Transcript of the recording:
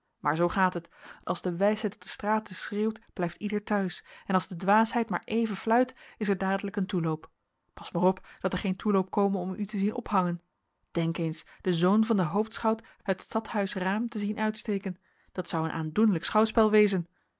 maar zoo gaat het als de wijsheid op de straten schreeuwt blijft ieder thuis en als de dwaasheid maar even fluit is er dadelijk een toeloop pas maar op dat er geen toeloop kome om u te zien ophangen denk eens de zoon van den hoofdschout het stadhuisraam te zien uitsteken dat zou een aandoenlijk schouwspel wezen